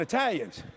Italians